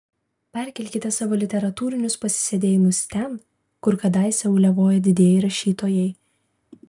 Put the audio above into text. perkelkite savo literatūrinius pasisėdėjimus ten kur kadaise uliavojo didieji rašytojai